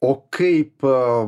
o kaip